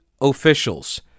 officials